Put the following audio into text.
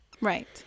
Right